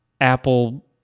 Apple